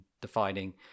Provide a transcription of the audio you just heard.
defining